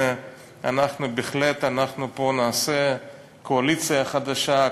שאנחנו בהחלט נעשה פה קואליציה חדשה,